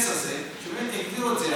הזה, שבאמת יגדירו את זה.